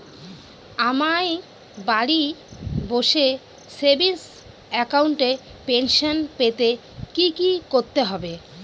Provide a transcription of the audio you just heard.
আমায় বাড়ি বসে সেভিংস অ্যাকাউন্টে পেনশন পেতে কি কি করতে হবে?